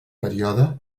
període